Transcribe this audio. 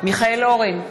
מיכאל אורן,